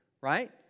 right